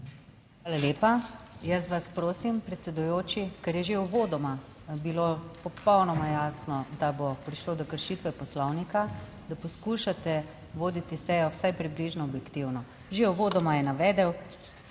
Hvala lepa. Jaz vas prosim, predsedujoči, ker je že uvodoma bilo popolnoma jasno, da bo prišlo do kršitve Poslovnika, da poskušate voditi sejo vsaj približno objektivno. Že uvodoma je navedel,